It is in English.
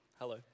Hello